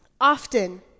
Often